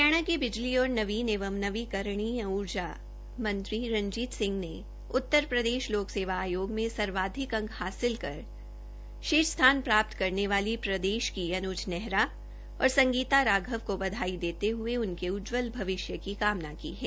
हरियाणा के विद्युत और नवीन वं नवीकरणीय उर्जा मंत्री रंजीत सिंह ने उत्तर प्रदेश लोक सेवा आयोग में सर्वाधिक अंक हासिल कर शीर्ष स्थान प्राप्त करने वाली प्रदेश की अनुज नेहरा और संगीता रातराघव को बधाई देते हुए उनके उज्जवल भविष्य की कामना की है